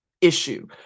issue